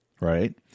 right